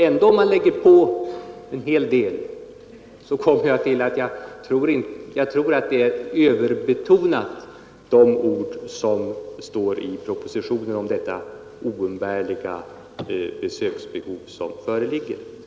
Även om man lägger till en hel del tror jag att det som står i propositionen om det stora besöksbehov som föreligger är överdrivet.